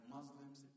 Muslims